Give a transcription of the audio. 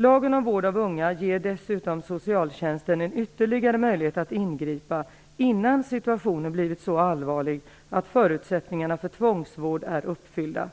Lagen om vård av unga ger dessutom socialtjänsten en ytterligare möjlighet att ingripa innan situationen blivit så allvarlig att förutsättningarna för tvångsvård är uppfyllda.